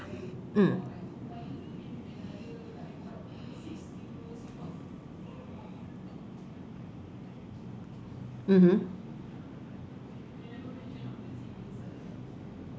mm mmhmm